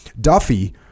Duffy